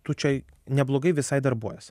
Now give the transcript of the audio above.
tu čia neblogai visai darbuojasi